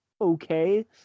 okay